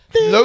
No